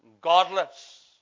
godless